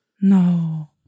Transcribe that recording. No